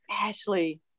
ashley